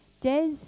Des